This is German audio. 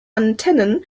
antennen